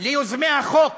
ליוזמי החוק